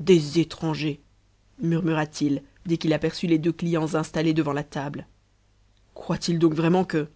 des étrangers murmura-t-il dès qu'il aperçut les deux clients installés devant la table croient-ils donc vraiment que